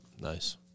Nice